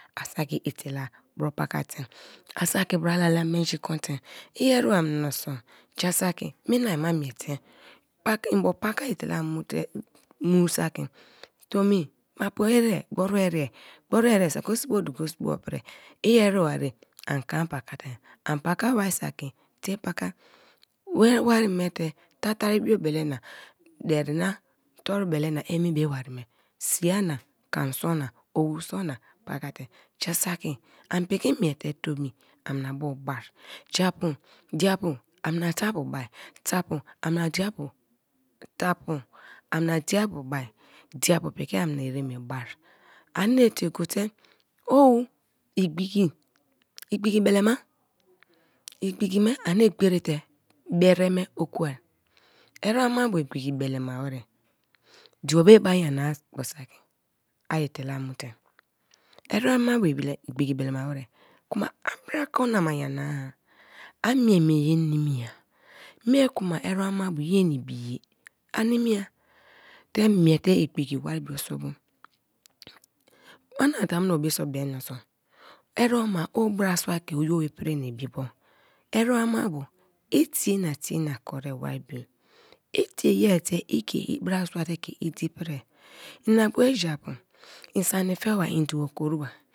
A saki etela bro pakate, a saki bralala menji konte, i ereba mioso ja saki mina ma miete mbo paka etela mute, mu saki tomi mapu ere, gboribo ere gbor ere saki o sibo du ko osibo pri i ere barie an kan. Pakate, an paka ba saki tie paka wari wari me te tatari bio bele, na deri na, na torubelena emi me wari me; siina, kam so na owuso na pakate, ja saki ani piki miete tomi anabie ba, japu diapu amna tapu ba; tapu amna diapu, tapu amna diapie ba, diapu piki amna ereme ba anie tiego te o igbiki igbiki me anie gberi te bere me okwua; eremmabu igbiki belema wer dio be mari nyana gbor saki ai etela mute, eremma bu igbiki belema wer kuma ai bra kon nama nyana ai mie mie ye nimi ya, mie kuma eremmabo ye ne ibi-e a nimiya te miete igbiki war bio sobo, wana tamuno be so bem minso erebe o brasua ke oyi-be pri na ibibo, i tie ye te ike brasua te ke idi pri inabu japu i sini fe ba i dibo koriba.